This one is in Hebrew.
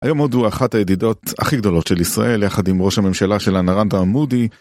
היום הודו אחת הידידות הכי גדולות של ישראל, יחד עם ראש הממשלה שלה נרנדרה מודי.